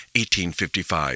1855